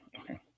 okay